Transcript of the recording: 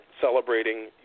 celebrating